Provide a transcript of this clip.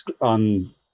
on